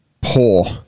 poor